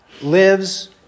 lives